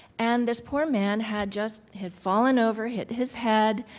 and this poor man had just, had fallen over, hit his head,